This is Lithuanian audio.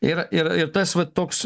ir tas va toks